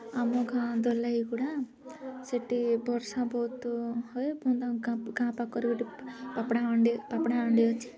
ଆମ ଗାଁ ଦଲାଇଗୁଡ଼ା ସେଇଠି ବର୍ଷା ବହୁତ ହୁଏ ଗାଁ ପାଖରେ ଗୋଟେ ପାପଡ଼ାହାଣ୍ଡି ପାପଡ଼ାହାଣ୍ଡି ଅଛି